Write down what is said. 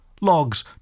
Logs